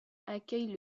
accueillent